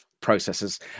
processes